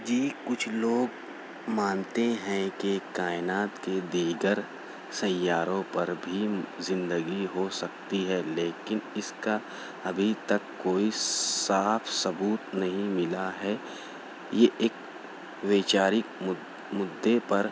جی کچھ لوگ ماتنے ہیں کہ کائنات کے دیگر سیاروں پر بھی زندگی ہو سکتی ہے لیکن اس کا ابھی تک کوئی صاف ثبوت نہیں ملا ہے یہ ایک ویچارک مد مدعے پر